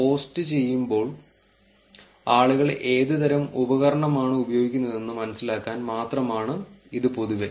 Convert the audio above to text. പോസ്റ്റുചെയ്യുമ്പോൾ ആളുകൾ ഏതുതരം ഉപകരണമാണ് ഉപയോഗിക്കുന്നതെന്ന് മനസിലാക്കാൻ മാത്രമാണ് ഇത് പൊതുവെ